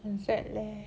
很 sad leh